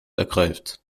ergreift